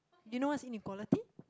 you know what's inequality